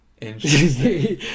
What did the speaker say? Interesting